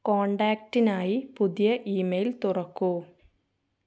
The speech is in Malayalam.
കോൺടാക്റ്റിനായി പുതിയ ഇമെയിൽ തുറക്കൂ